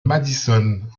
madison